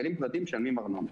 גנים פרטיים משלמים ארנונה,